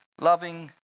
loving